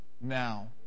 now